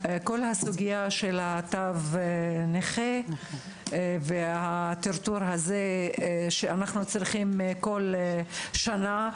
כל הסוגיה של תו נכה והטרטור הזה שכל שנה צריכים לחדש.